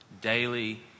daily